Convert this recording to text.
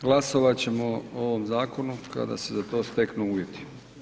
Glasovat ćemo o ovom zakonu kada se za to steknu uvjeti.